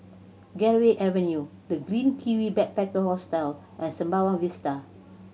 Gateway Avenue The Green Kiwi Backpacker Hostel and Sembawang Vista